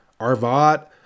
Arvad